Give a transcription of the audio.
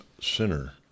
sinner